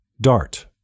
dart